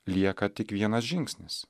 lieka tik vienas žingsnis